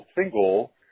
single